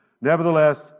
Nevertheless